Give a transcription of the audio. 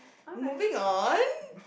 moving on